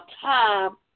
time